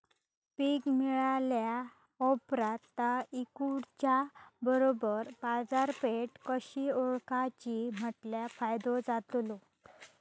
पीक मिळाल्या ऑप्रात ता इकुच्या बरोबर बाजारपेठ कशी ओळखाची म्हटल्या फायदो जातलो?